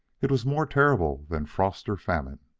it was more terrible than frost or famine.